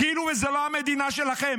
כאילו זו לא מדינה שלכם.